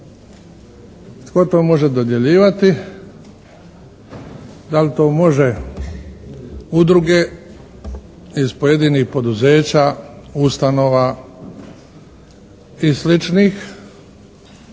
Tko to može dodjeljivati, da li to može udruge iz pojedinih poduzeća, ustanova i